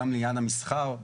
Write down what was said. גם לעניין המסחר,